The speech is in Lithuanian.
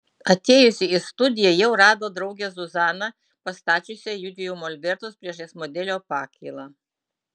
atėjusi į studiją jau rado draugę zuzaną pastačiusią jųdviejų molbertus priešais modelio pakylą